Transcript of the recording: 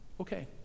okay